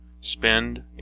spend